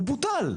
הוא בוטל.